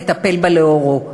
נטפל בה לאורו.